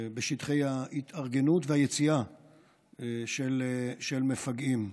בשטחי ההתארגנות והיציאה של מפגעים.